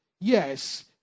yes